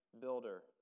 builder